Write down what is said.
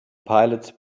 pilots